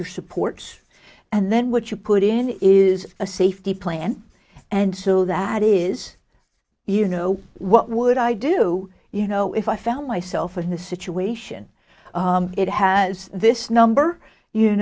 your supports and then what you put in is a safety plan and so that is you know what would i do you know if i found myself in a situation it has this number you